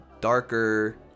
darker